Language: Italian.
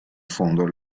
fondo